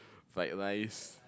fried rice